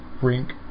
rink